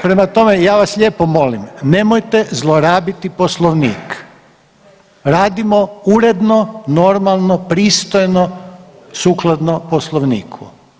Prema tome, ja vas lijepo molim, nemojte zlorabiti poslovnik, radimo uredno, normalno, pristojno sukladno poslovniku.